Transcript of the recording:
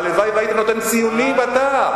הלוואי שהיית נותן ציונים אתה.